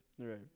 Right